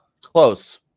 Close